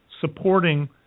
supporting